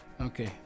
Okay